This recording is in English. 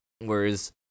whereas